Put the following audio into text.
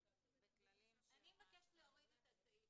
שאם נניח יש לי מחר את מעון צילה,